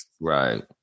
Right